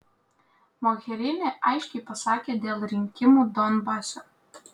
mogherini aiškiai pasakė dėl rinkimų donbase